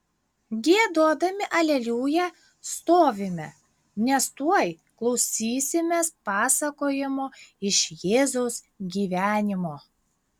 giedodami aleliuja stovime nes tuoj klausysimės pasakojimo iš jėzaus gyvenimo